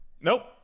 Nope